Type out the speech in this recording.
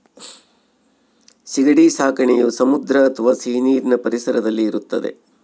ಸೀಗಡಿ ಸಾಕಣೆಯು ಸಮುದ್ರ ಅಥವಾ ಸಿಹಿನೀರಿನ ಪರಿಸರದಲ್ಲಿ ಇರುತ್ತದೆ